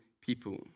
people